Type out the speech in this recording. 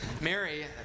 Mary